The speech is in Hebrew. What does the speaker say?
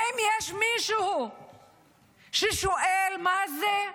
האם יש מישהו ששואל מה זה,